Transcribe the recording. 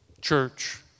Church